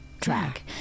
track